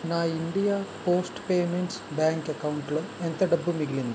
నా India post payments bank అకౌంటులో ఎంత డబ్బు మిగిలింది